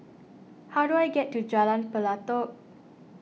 how do I get to Jalan Pelatok